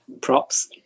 props